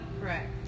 Correct